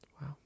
wow